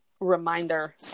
reminder